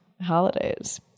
holidays